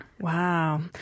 Wow